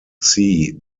sea